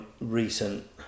recent